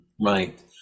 Right